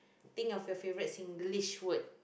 think of your favorite Singlish word